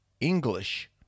English